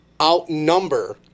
outnumber